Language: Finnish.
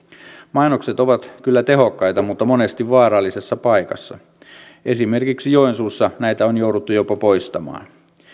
mainokset ovat kyllä tehokkaita mutta monesti vaarallisessa paikassa esimerkiksi joensuussa näitä on jouduttu jopa poistamaan